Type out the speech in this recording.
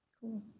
Cool